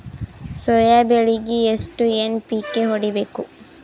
Soya ಬೆಳಿಗಿ ಎಷ್ಟು NPK ಹೊಡಿಬೇಕು?